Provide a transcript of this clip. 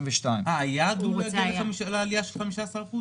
2022. היעד הוא רוצה שתהיה עלייה של 15%?